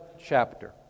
chapter